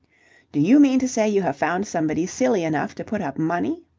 do you mean to say you have found somebody silly enough to put up money?